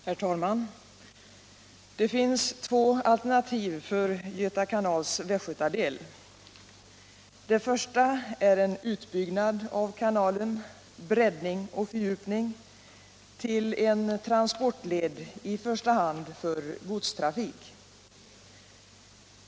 Herr talman! Det finns två alternativ för Göta kanals västgötadel. Det Upprustning och första är en utbyggnad av kanalen, breddning och fördjupning, till en — utbyggnad av Göta transportled för i första hand godstrafik.